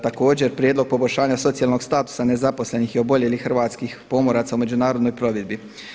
Također prijedlog poboljšanja socijalnog statusa nezaposlenih i oboljelih hrvatskih pomoraca u međunarodnoj plovidbi.